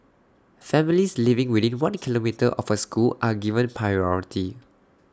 families living within one kilometre of A school are given priority